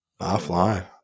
Offline